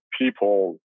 people